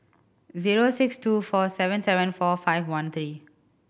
zero six two four seven seven four five one three